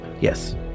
Yes